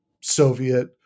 Soviet